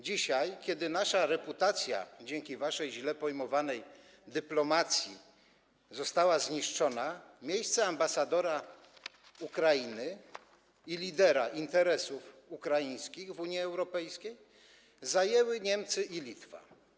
Dzisiaj, kiedy nasza reputacja dzięki waszej źle pojmowanej dyplomacji została zniszczona, miejsce ambasadora Ukrainy i lidera interesów ukraińskich w Unii Europejskiej zajęły Niemcy i Litwa.